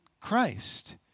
Christ